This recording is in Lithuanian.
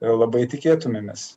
labai tikėtumėmės